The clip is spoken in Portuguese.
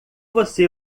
você